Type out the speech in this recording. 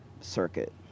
circuit